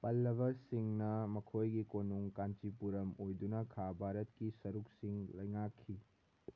ꯄꯜꯂꯕꯁꯤꯡꯅ ꯃꯈꯣꯏꯒꯤ ꯀꯣꯅꯨꯡ ꯀꯥꯟꯆꯤꯄꯨꯔꯝ ꯑꯣꯏꯗꯨꯅ ꯈꯥ ꯚꯥꯔꯠꯀꯤ ꯁꯔꯨꯛꯁꯤꯡ ꯂꯩꯉꯥꯛꯈꯤ